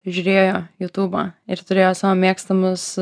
žiūrėjo jutubą ir turėjo savo mėgstamus